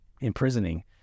imprisoning